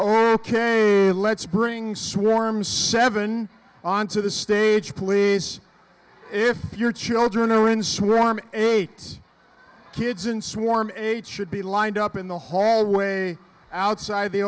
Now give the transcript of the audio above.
ok let's bring swarms seven onto the stage please if your children are in swarm eight kids in swarm eight should be lined up in the hallway outside the